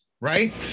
Right